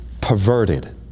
perverted